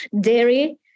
dairy